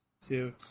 two